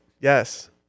Yes